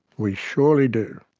we surely do.